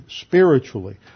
spiritually